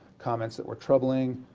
comments that were troubling.